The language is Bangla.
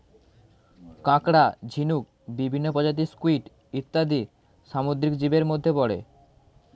কাঁকড়া, ঝিনুক, বিভিন্ন প্রজাতির স্কুইড ইত্যাদি সামুদ্রিক জীবের মধ্যে পড়ে